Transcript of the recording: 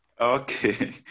Okay